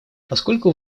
поскольку